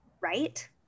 Right